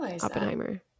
Oppenheimer